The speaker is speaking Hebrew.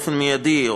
באופן מיידי,